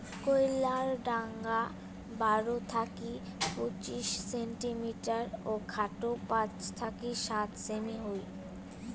কইল্লার ঢাঙা বারো থাকি পঁচিশ সেন্টিমিটার ও খাটো পাঁচ থাকি সাত সেমি হই